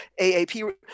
AAP